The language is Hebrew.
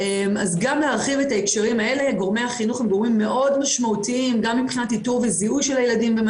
אני שמח להשתתף בוועדה ואני מייחל לוועדה עם פעילות ענפה ופורייה.